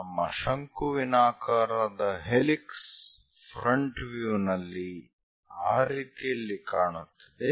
ನಮ್ಮ ಶಂಕುವಿನಾಕಾರದ helix front view ನಲ್ಲಿ ಆ ರೀತಿಯಲ್ಲಿ ಕಾಣುತ್ತದೆ